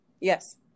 Yes